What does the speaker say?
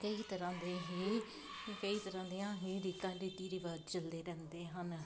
ਕਈ ਤਰ੍ਹਾਂ ਦੇ ਹੀ ਕਈ ਤਰ੍ਹਾਂ ਦੀਆਂ ਹੀ ਰੀਤਾਂ ਰੀਤੀ ਰਿਵਾਜ਼ ਚੱਲਦੇ ਰਹਿੰਦੇ ਹਨ